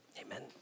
Amen